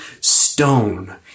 stone